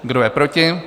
Kdo je proti?